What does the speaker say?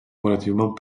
relativement